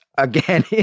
Again